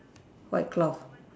white cloth